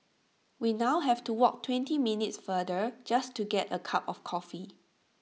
we now have to walk twenty minutes farther just to get A cup of coffee